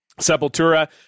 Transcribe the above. Sepultura